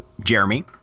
Jeremy